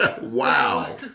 wow